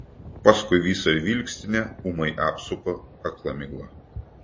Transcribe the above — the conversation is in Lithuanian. paskui visą vilkstinę ūmai apsupa akla migla